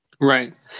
Right